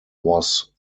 was